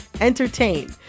entertain